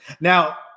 Now